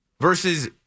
versus